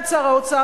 את שר האוצר,